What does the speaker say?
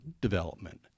development